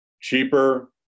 cheaper